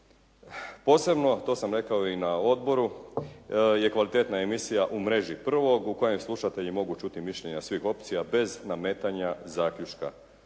Posebno, to sam rekao i na odboru je kvalitetna emisija «U mreži», prvog u kojem slušatelji mogu čuti mišljenja svih opcija bez nametanja zaključka.